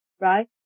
right